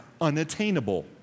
unattainable